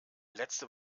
letzte